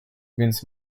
więc